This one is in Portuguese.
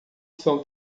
são